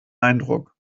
eindruck